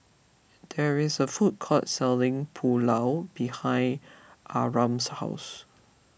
there is a food court selling Pulao behind Abram's house